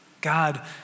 God